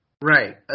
Right